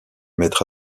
maître